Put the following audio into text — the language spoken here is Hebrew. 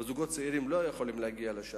וזוגות צעירים לא יכולים להגיע לשם.